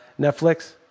Netflix